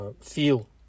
feel